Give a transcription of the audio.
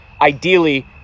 ideally